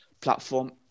platform